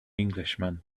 englishman